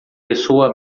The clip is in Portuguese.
pessoa